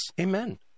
Amen